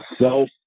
self